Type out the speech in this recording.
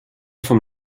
vom